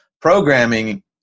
programming